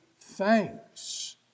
thanks